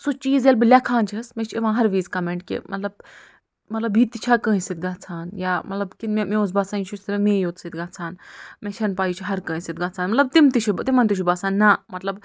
سُہ چیٖز ییٚلہِ بہٕ لٮ۪کھان چھَس مےٚ چھُ یِوان ہر وِزِ کمٮ۪نٛٹ کہِ مطلب مطلب یہِ تہِ چھا کٲنٛسہِ سۭتۍ گَژھان یا مطلب کہِ مےٚ اوس باسان یہِ چھُ صِرف مےٚ یوت سۭتۍ گَژھان مےٚ چھَنہٕ پَے یہِ چھُ ہر کٲنٛسہِ سۭتۍ گَژھان مطلب تِم تہِ چھِ تِمن تہِ چھُ باسان نَہ مطلب